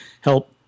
Help